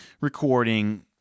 recording